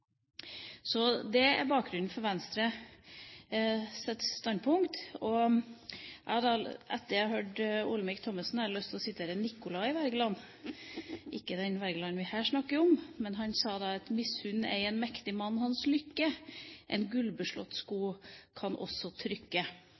Det er bakgrunnen for Venstres standpunkt. Etter å ha hørt Olemic Thommessen, har jeg lyst til å sitere Nicolai Wergeland – ikke den Wergeland vi her snakker om – som sa: «Misunn ei en mektig mann hans lykke. En